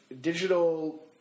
digital